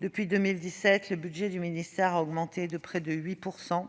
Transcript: depuis 2017, le budget du ministère a augmenté de près de 8 %.